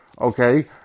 Okay